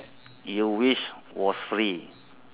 you wish was free